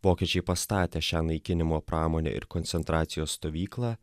vokiečiai pastatė šią naikinimo pramonę ir koncentracijos stovyklą